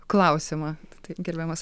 klausimą tai gerbiamas